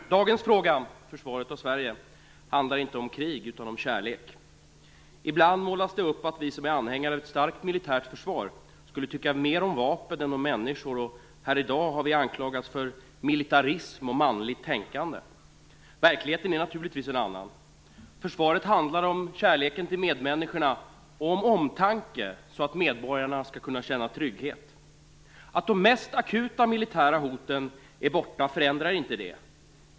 Herr talman! Dagens fråga, försvaret av Sverige, handlar inte om krig utan om kärlek. Ibland målas det upp att vi som är anhängare av ett starkt militärt försvar skulle tycka mer om vapen än om människor. Här i dag har vi anklagats för militarism och manligt tänkande. Verkligheten är naturligtvis en annan. Försvaret handlar om kärleken till medmänniskorna och om omtanke, så att medborgarna skall kunna känna trygghet. Att de mest akuta militära hoten är borta förändrar inte det.